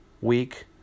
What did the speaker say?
week